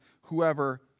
whoever